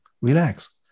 relax